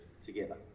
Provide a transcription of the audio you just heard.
together